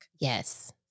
Yes